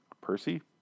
Percy